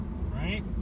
right